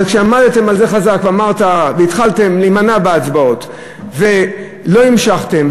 אבל כשעמדתם על זה חזק והתחלתם להימנע בהצבעות ולא המשכתם,